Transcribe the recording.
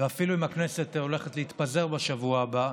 ואפילו אם הכנסת הולכת להתפזר בשבוע הבא,